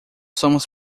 somos